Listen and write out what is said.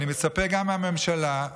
אני מצפה גם מהממשלה,